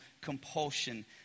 compulsion